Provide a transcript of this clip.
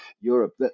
Europe